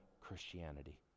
Christianity